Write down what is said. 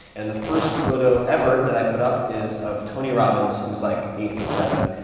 and the first photo ever that i put up is of tony robbins, who is like eight-foot-seven,